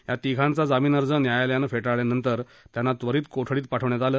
या तिन्ही जणांचा जामीन अर्ज न्यायालयानं फे ळल्या नंतर त्यांना त्वरित कोठडीत पाठवण्यात आलं